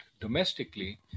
domestically